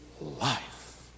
life